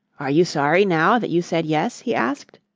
are you sorry now that you said yes? he asked.